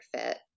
fit